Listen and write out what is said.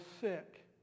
sick